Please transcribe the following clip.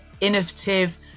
innovative